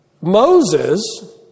Moses